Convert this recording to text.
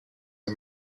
and